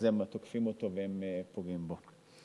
תוקפים אותו ופוגעים בו.